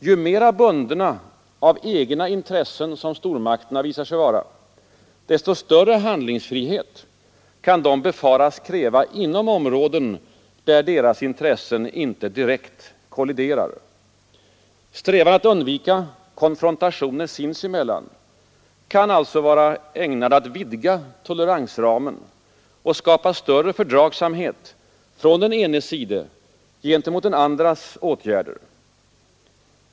Ju mera bundna av egna intressen stormakterna visar sig vara, desto större handlingsfrihet kan de befaras kräva inom områden där deras intressen inte direkt kolliderar. Strävan att undvika konfrontationer sinsemellan kan alltså vara ägnad att vidga toleransramen och skapa större fördragsamhet från den enes sida gentemot den andres åtgärder.